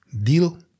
Deal